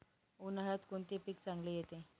उन्हाळ्यात कोणते पीक चांगले येते?